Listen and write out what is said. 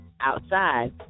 outside